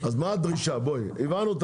לא יכולים לעשות את העבודה, אז מה עשינו פה?